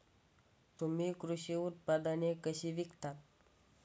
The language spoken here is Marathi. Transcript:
तुम्ही कृषी उत्पादने कशी विकता?